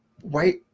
white